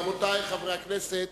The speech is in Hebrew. רבותי חברי הכנסת,